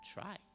try